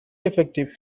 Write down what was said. effective